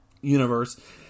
universe